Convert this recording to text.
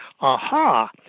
aha